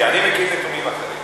כי אני מכיר נתונים אחרים.